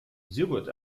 sigurd